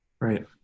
Right